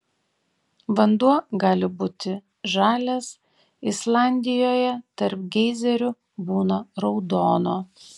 vanduo gali būti žalias islandijoje tarp geizerių būna raudono